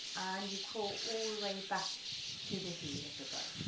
and you crawl all the way back to the heel of the bow.